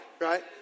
right